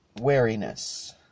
wariness